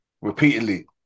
repeatedly